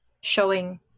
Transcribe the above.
showing